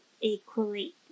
equally